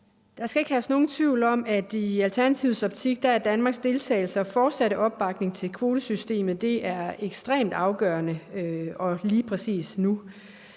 Der skal ikke herske nogen tvivl om, at i Alternativets optik er Danmarks deltagelse i og fortsatte opbakning til kvotesystemet ekstremt afgørende, lige præcis nu.